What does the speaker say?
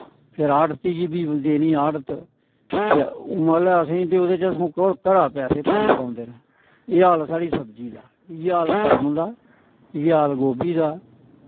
फिर आड़ती गी बी देनी आड़त मतलव असें ते ओह्दे चा सगों घरा पैसे पाने पौंदे न एह् हाल ऐ साढ़ी सब्जी दी इयै कड़म दा इयै हाल गोभी दा